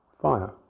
fire